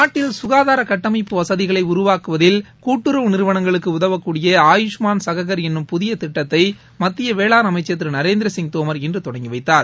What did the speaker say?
நாட்டில் சுகாதார கட்டமைப்பு வசதிகளை உருவாக்குவதில் கூட்டுறவு நிறுவனங்களுக்கு உதவக்கூடிய ஆயுஷ்மான் கஹகர் என்னும் புதிய திட்டத்தை மத்திய வேளான் அமைச்சர் திரு நரேந்திர சிங் தோமர் இன்று தொடங்கி வைத்தார்